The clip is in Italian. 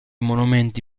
monumenti